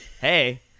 Hey